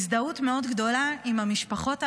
הזדהות מאוד גדולה עם המשפחות האחרות,